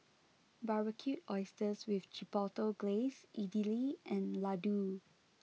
Barbecued Oysters with Chipotle Glaze Idili and Ladoo